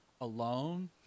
alone